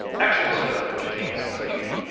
actual soylent contains no people.